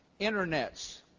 internets